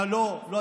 לא, לא,